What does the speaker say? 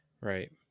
right